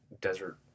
desert